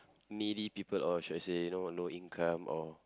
needy people or should I say you know low income or